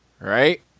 right